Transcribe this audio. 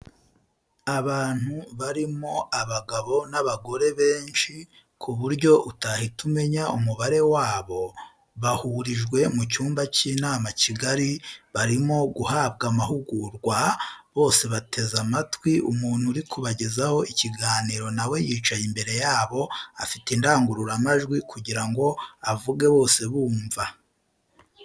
Abantu barimo abagabo n'abagore benshi ku buryo utahita umenya umubare wabo, bahurijwe mu cyumba cy'inama kigari barimo guhabwa amahugurwa, bose bateze amatwi umuntu uri kubagezaho ikiganiro nawe yicaye imbere yabo afite indangururamajwi kugira ngo avuge bose bumve.